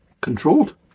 controlled